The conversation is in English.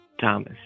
Thomas